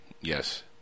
Yes